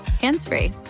hands-free